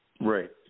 Right